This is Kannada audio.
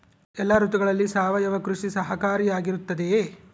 ಎಲ್ಲ ಋತುಗಳಲ್ಲಿ ಸಾವಯವ ಕೃಷಿ ಸಹಕಾರಿಯಾಗಿರುತ್ತದೆಯೇ?